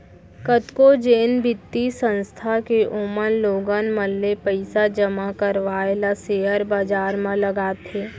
कतको जेन बित्तीय संस्था हे ओमन लोगन मन ले पइसा जमा करवाय ल सेयर बजार म लगाथे